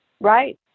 Right